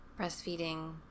breastfeeding